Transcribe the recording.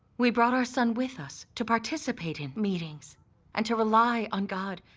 we brought our son with us to participate in meetings and to rely on god,